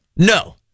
No